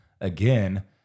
again